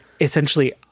essentially